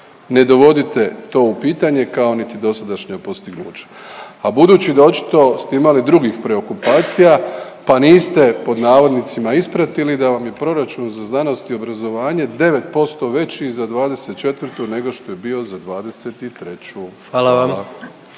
Ne dovodite to u pitanje kao niti dosadašnja postignuća. A budući da očito ste imali drugih preokupacija pa niste pod navodnicima ispratili da vam je proračun za znanost i obrazovanje 9% veći za '24. nego što je bio za '23. Hvala.